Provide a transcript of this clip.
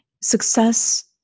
Success